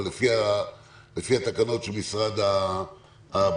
אבל לפי התקנות של משרד הבריאות.